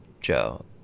Joe